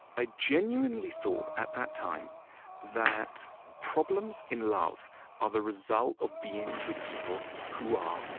i genuinely thought at that time that problems in love are the result of being with people who are,